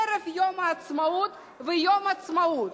ערב יום העצמאות ויום העצמאות.